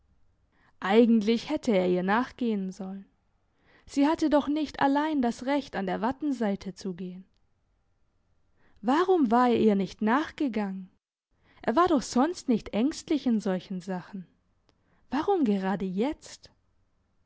eigentlich hätte er ihr nachgehen sollen sie hatte doch nicht allein das recht an der wattenseite zu gehen warum war er ihr nicht nachgegangen er war doch sonst nicht änglichst in solchen sachen warum gerade jetzt